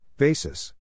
Basis